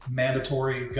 mandatory